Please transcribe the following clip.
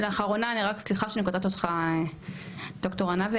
סליחה שאני קוטעת אותך ד"ר ענבי,